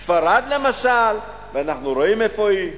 ספרד, למשל, ואנחנו רואים איפה היא,